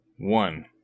one